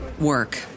work